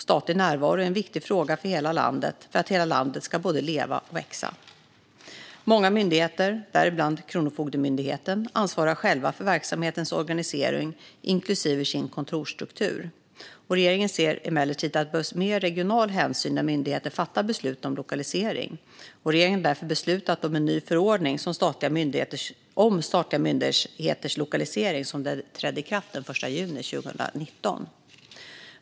Statlig närvaro är en viktig fråga för att hela landet ska både leva och växa. Många myndigheter, däribland Kronofogdemyndigheten, ansvarar själva för verksamhetens organisering, inklusive sin kontorsstruktur. Regeringen ser emellertid att det behövs mer regional hänsyn när myndigheter fattar beslut om lokalisering. Regeringen beslutade därför om en ny förordning om statliga myndigheters lokalisering som trädde i kraft den 1 juni 2019.